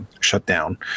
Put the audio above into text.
shutdown